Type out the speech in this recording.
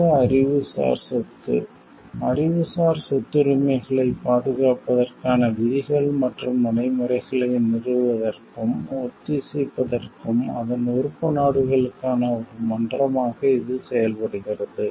உலக அறிவுசார் சொத்து அறிவுசார் சொத்துரிமைகளைப் பாதுகாப்பதற்கான விதிகள் மற்றும் நடைமுறைகளை நிறுவுவதற்கும் ஒத்திசைப்பதற்கும் அதன் உறுப்பு நாடுகளுக்கான ஒரு மன்றமாக இது செயல்படுகிறது